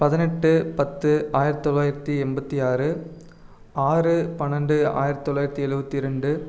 பதினெட்டு பத்து ஆயிரத்தொள்ளாயிரத்தி எண்பத்தி ஆறு ஆறு பன்னெரெண்டு ஆயிரத்திதொள்ளாயிரத்தி எழுபத்தி ரெண்டு